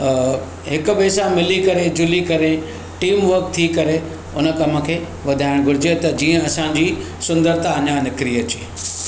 हिक ॿिए सां मिली करे जुली करे टीम वर्क थी करे हुन कमु खे वधाइण घुरिजे त जीअं असांजी सुंदरता अञा निखरी अचे